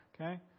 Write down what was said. okay